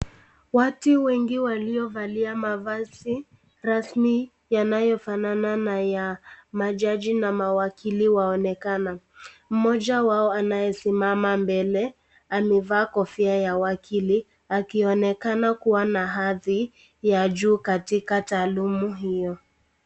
Watu wengi waliovalia mavazi rasmi yanayofanana na ya majaji na mawakili yanaonekana .Mmoja wao anayesimama mbele amevaa kofia ya wakili akionekana kuwa na hadhi ya ju katika taalamu hiyo.